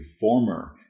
former